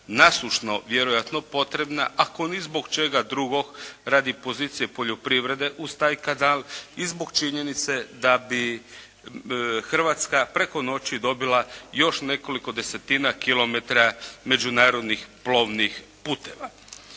nasušno vjerojatno potrebna ako ni zbog čega drugog, radi pozicije poljoprivrede uz taj kanal i zbog činjenice da bi Hrvatska preko noći dobila još nekoliko desetina kilometara međunarodnih plovnih puteva.